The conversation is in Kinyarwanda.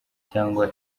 cyangwa